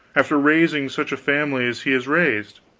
after raising such a family as he has raised.